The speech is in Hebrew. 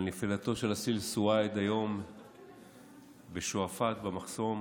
נפילתו של אסיל סואעד היום בשועפאט במחסום.